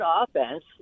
offense